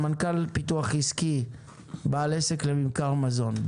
סמנכ"ל פיתוח עסקי בעל עסק לממכר מזון,